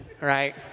right